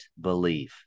believe